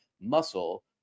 muscle